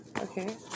Okay